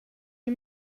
you